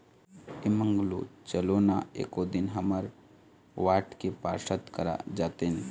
ऐ मंगलू चलो ना एको दिन हमर वार्ड के पार्षद करा जातेन